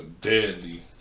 Deadly